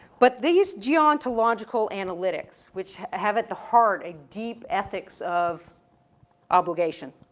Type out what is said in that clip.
but these geontological analytics, which have at the heart a deep ethics of obligation,